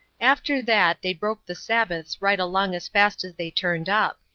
after that, they broke the sabbaths right along as fast as they turned up.